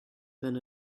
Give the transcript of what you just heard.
than